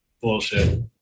Bullshit